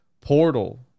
portal